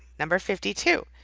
number fifty two,